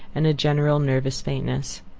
and a general nervous faintness.